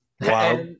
Wow